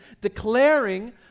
declaring